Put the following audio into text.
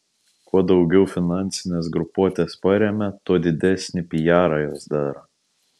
kuo daugiau finansines grupuotes paremia tuo didesnį pijarą jos daro